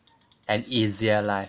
an easier life